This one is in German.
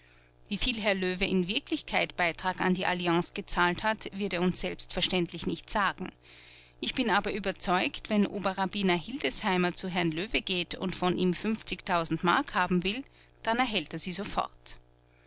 wieviel herr löwe in wirklichkeit beitrag an die alliance gezahlt hat wird er uns selbstverständlich nicht sagen ich bin aber überzeugt wenn oberrabiner hildesheimer zu herrn löwe geht und von ihm mark haben will dann erhält er sie sofort